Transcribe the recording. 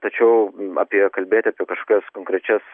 tačiau apie kalbėti apie kažkokias konkrečias